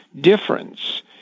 difference